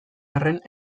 arren